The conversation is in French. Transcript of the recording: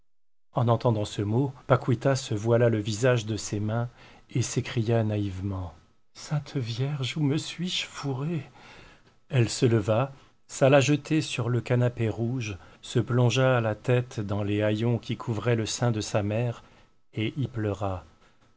en entendant ce mot paquita se voila le visage de ses mains et s'écria naïvement sainte vierge où me suis-je fourrée elle se leva s'alla jeter sur le canapé rouge se plongea la tête dans les haillons qui couvraient le sein de sa mère et y pleura